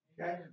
okay